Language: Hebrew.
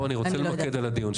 אני רוצה למקד על הדיון.